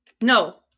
No